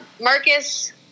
Marcus